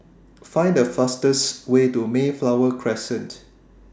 Find The fastest Way to Mayflower Crescent